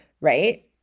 right